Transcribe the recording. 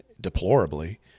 deplorably